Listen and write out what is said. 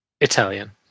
Italian